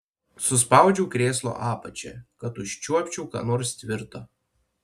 suspaudžiau krėslo apačią kad užčiuopčiau ką nors tvirto